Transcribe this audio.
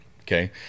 okay